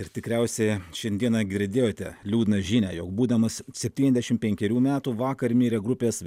ir tikriausia šiandieną girdėjote liūdną žinią jog būdamas septyniasdešimt penkerių metų vakar mirė grupės